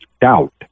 doubt